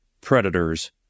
predators